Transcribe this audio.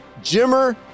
Jimmer